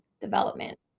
Development